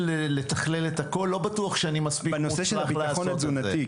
בנושא של הביטחון התזונתי,